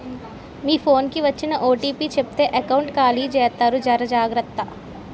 మీ phone కి వచ్చిన OTP చెప్తే ఎకౌంట్ ఖాళీ జెత్తారు జర జాగ్రత్త